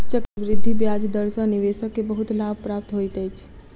चक्रवृद्धि ब्याज दर सॅ निवेशक के बहुत लाभ प्राप्त होइत अछि